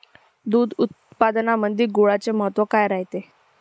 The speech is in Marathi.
दूध उत्पादनामंदी गुळाचे महत्व काय रायते?